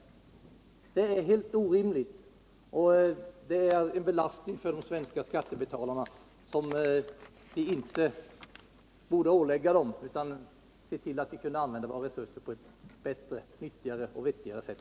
Våra försvarskostnader är helt orimliga, och de utgör en belastning för skattebetalarna som vi inte borde ålägga dem. Vi bör se till att använda våra resurser på ett riktigare och vettigare sätt.